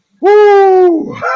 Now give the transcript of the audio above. Woo